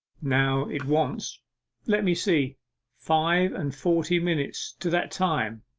now it wants let me see five-and-forty minutes to that time.